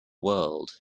world